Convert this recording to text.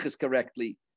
correctly